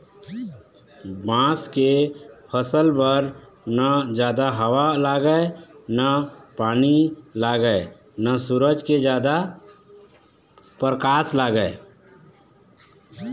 बांस के फसल बर न जादा हवा लागय न पानी लागय न सूरज के जादा परकास लागय